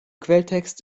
quelltext